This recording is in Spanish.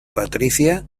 patricia